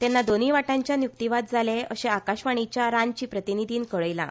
तेन्ना दोनुय वटाच्यान युक्तीवाद जाले अरो आकाशवाणिच्या रांची प्रतिनिधीन कळयलां